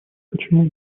почему